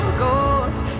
ghost